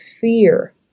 fear